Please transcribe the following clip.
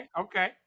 okay